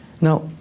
Now